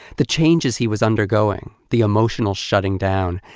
the changes he was undergoing, the emotional shutting down,